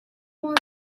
more